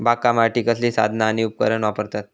बागकामासाठी कसली साधना आणि उपकरणा वापरतत?